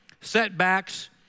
setbacks